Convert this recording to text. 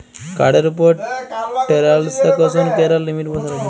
কাড়ের উপর টেরাল্সাকশন ক্যরার লিমিট বসাল যায়